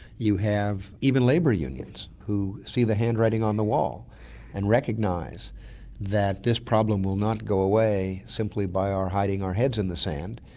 you have even labour unions who see the handwriting on the wall and recognise that this problem will not go away simply by our hiding our heads in the sand,